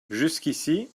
jusqu’ici